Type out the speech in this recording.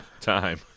time